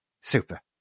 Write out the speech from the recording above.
Super